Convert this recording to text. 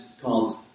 called